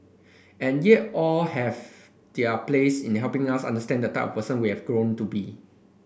and yet all have their place in helping us understand the type of person we have grown to be